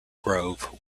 grove